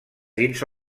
dins